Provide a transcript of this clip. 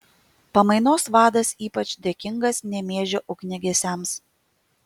pamainos vadas ypač dėkingas nemėžio ugniagesiams